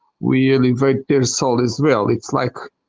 we elevate their soul as well. it's like,